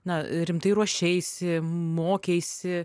na rimtai ruošeisi mokeisi